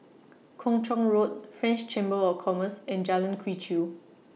Kung Chong Road French Chamber of Commerce and Jalan Quee Chew